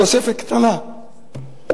תוספת קטנה.